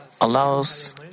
allows